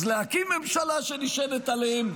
אז להקים ממשלה שנשענת עליהם,